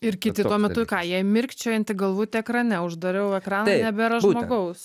ir kiti tuo metu ką jie mirkčiojanti galvutė ekrane uždariau ekraną nebėra žmogaus